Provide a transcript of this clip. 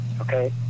Okay